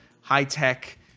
high-tech